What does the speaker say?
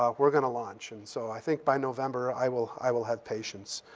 ah we're gonna launch. and so i think by november, i will i will have patience.